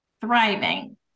thriving